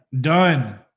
done